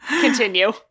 Continue